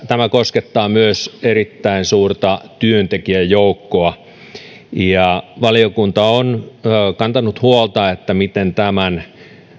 tämä koskettaa myös erittäin suurta työntekijäjoukkoa ja valiokunta on kantanut huolta siitä miten tämän